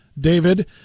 david